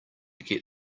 get